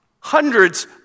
hundreds